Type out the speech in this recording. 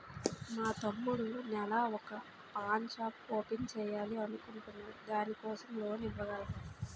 మా తమ్ముడు నెల వొక పాన్ షాప్ ఓపెన్ చేయాలి అనుకుంటునాడు దాని కోసం లోన్ ఇవగలరా?